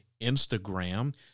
instagram